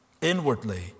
inwardly